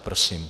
Prosím.